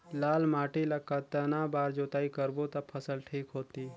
लाल माटी ला कतना बार जुताई करबो ता फसल ठीक होती?